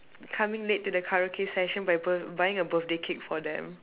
coming late to the karaoke session by b~ buying a birthday cake for them